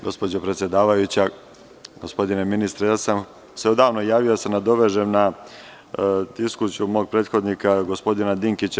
Gospođo predsedavajuća, gospodine ministre, odavno sam se javio da se nadovežem na diskusiju mog prethodnika, gospodina Dinkića.